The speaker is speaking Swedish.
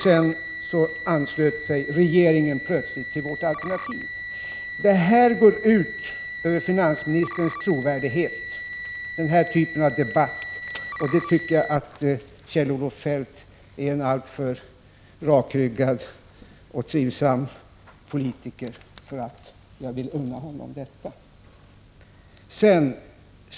Sedan anslöt sig regeringen plötsligt till vårt alternativ. Den här typen av debatt går ut över finansministerns trovärdighet, och Kjell-Olof Feldt är en alltför rakryggad och kunnig politiker för att han på detta sätt skall föröda sin trovärdighet.